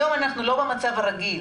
היום אנחנו לא מצב הרגיל,